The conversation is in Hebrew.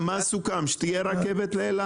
מה סוכם, שתהיה רכבת לאילת?